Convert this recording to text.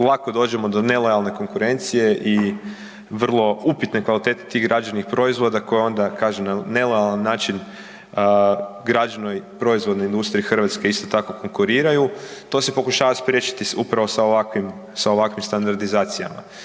lako dođemo do nelojalne konkurencije i vrlo upitne kvalitete tih građevnih proizvoda koji onda, kažem, na nelojalan način građevnoj proizvodnoj industriji Hrvatske isto tako konkuriraju. To se pokušava spriječiti upravo sa ovakvim, sa ovakvim standardizacijama.